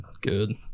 good